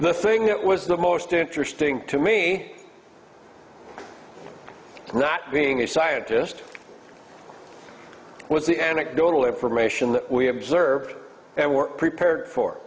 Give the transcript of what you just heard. the thing that was the most interesting to me not being a scientist was the anecdotal information that we have observed and were prepared for